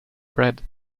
bread